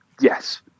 Yes